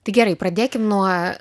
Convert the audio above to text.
tai gerai pradėkim nuo